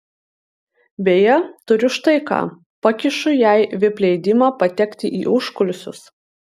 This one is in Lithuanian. beje turiu štai ką pakišu jai vip leidimą patekti į užkulisius